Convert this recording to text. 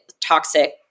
toxic